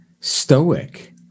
stoic